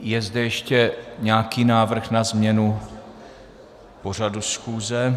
Je zde ještě nějaký návrh na změnu pořadu schůze?